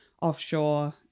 offshore